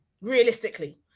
realistically